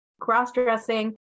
cross-dressing